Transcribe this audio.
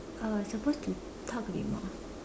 uh supposed to talk a bit more